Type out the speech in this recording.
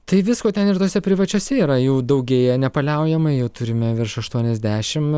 tai visko ten ir tose privačiose yra jau daugėja nepaliaujamai jau turime virš aštuoniasdešimt